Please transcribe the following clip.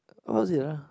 what was it ah